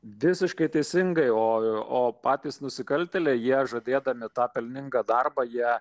visiškai teisingai o patys nusikaltėliai jie žadėdami tą pelningą darbą jie